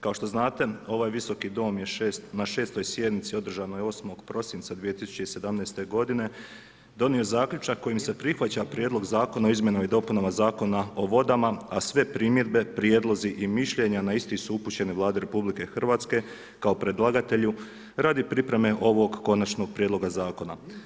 Kao što znate, ovaj Visoki dom je na 6. sjednici održanoj 8. prosinca 2017. g. donio zaključak koji se prihvaća prijedlog Zakona o izmjenama i dopunama Zakona o vodama, a sve primjedbe, prijedlozi i mišljenja, na isti su upućeni Vladi RH, kao predlagatelju, radi pripreme ovog konačnog prijedloga zakona.